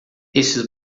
esses